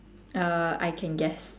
err I can guess